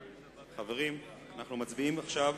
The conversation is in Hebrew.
חברים, אנחנו מצביעים עכשיו